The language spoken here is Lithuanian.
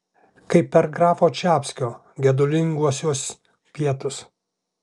kaip per grafo čapskio gedulinguosius pietus